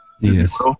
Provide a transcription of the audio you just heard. Yes